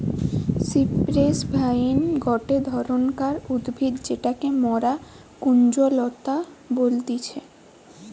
cypress vine গটে ধরণকার উদ্ভিদ যেটাকে মরা কুঞ্জলতা বলতিছে